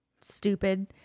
stupid